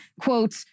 quote